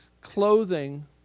clothing